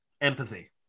Empathy